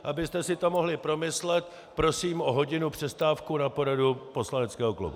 Abyste si to mohli promyslet, prosím o hodinu přestávku na poradu poslaneckého klubu.